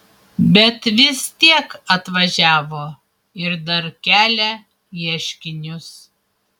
bet vis tiek atvažiavo ir dar kelia ieškinius